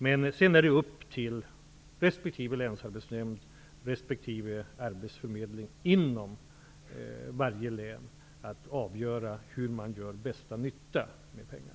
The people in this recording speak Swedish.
Men det är upp till resp. länsarbetsnämnd och arbetsförmedling inom varje län att avgöra hur man gör bästa nytta med pengarna